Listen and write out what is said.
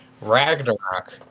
Ragnarok